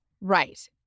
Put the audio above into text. right